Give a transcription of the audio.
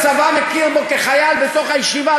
כל עוד הצבא מכיר בו כחייל בתוך הישיבה,